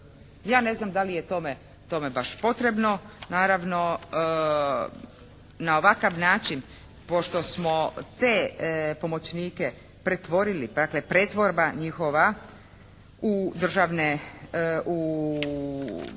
Ja ne znam da li je to baš potrebno na ovakav način pošto smo te pomoćnike pretvorili, dakle pretvorba njihova u državne,